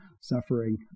suffering